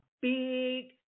big